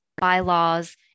bylaws